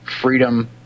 freedom